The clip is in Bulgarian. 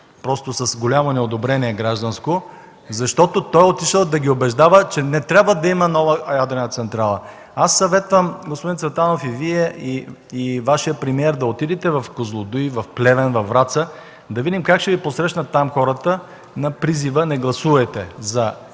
гражданско неодобрение, защото той отишъл да ги убеждава, че не трябва да има нова ядрена централа. Аз съветвам господин Цветанов – и Вие, и Вашият премиер да отидете в Козлодуй, в Плевен, във Враца, да видим как ще Ви посрещнат там хората след призива: „Не гласувайте за